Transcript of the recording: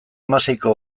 hamaseiko